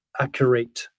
accurate